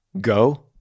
Go